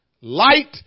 Light